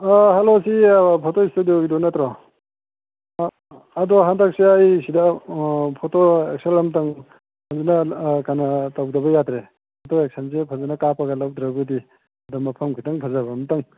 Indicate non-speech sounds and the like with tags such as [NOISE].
hello ꯁꯤ photo ꯏꯁꯇꯨꯗꯤꯑꯣꯒꯤꯗꯨ ꯅꯠꯇ꯭ꯔꯣ [UNINTELLIGIBLE] ꯑꯗꯣ ꯍꯟꯗꯛꯁꯦ ꯑꯩ ꯁꯤꯗ ꯐꯣꯇꯣ ꯁꯨꯠ ꯑꯃꯇꯪ ꯐꯖꯅ ꯀꯩꯅꯣ ꯇꯧꯗꯕ ꯌꯥꯗ꯭ꯔꯦ ꯐꯣꯇꯣ ꯑꯦꯛꯁꯟꯁꯦ ꯐꯖꯅ ꯀꯥꯞꯄꯒ ꯂꯧꯗ꯭ꯔꯒꯗꯤ ꯑꯗꯣ ꯃꯐꯝ ꯈꯤꯇꯪ ꯐꯖꯕ ꯑꯃꯇꯪ